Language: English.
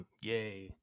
Yay